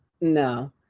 no